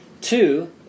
Two